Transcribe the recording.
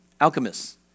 alchemists